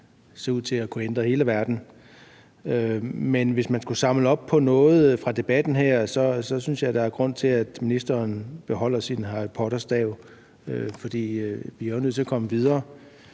ser ud til at kunne ændre hele verden. Men hvis man skulle samle op på noget fra debatten her, vil jeg sige, at jeg synes, der er grund til, at ministeren beholder sin Harry Potter-stav, for vi er jo nødt til at komme videre.